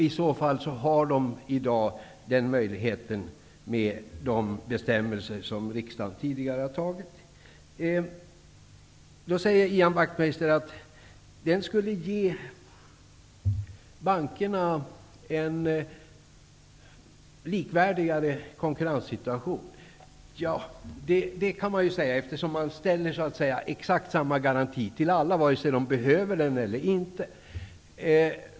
I så fall har man i dag den möjligheten med de bestämmelser som riksdagen tidigare har fattat beslut om. Ian Wachtmeister säger att denna tillgångsgaranti skulle ge bankerna en likvärdigare konkurrenssituation. Det kan man säga, eftersom man ställer exakt samma garanti till alla, vare sig de behöver den eller inte.